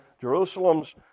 Jerusalem's